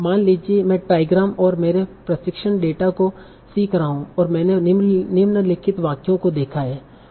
मान लीजिए कि मैं ट्राईग्राम और मेरे प्रशिक्षण डेटा को सीख रहा हूं ओर मैंने निम्नलिखित वाक्यों को देखा है